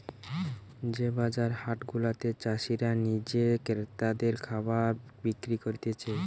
যে বাজার হাট গুলাতে চাষীরা নিজে ক্রেতাদের খাবার বিক্রি করতিছে